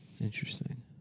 Interesting